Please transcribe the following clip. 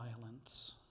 violence